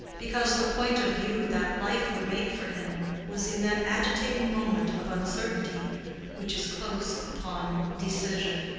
because the point of view that life would make for him was in that agitating moment of uncertainty which is close upon decision.